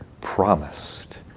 promised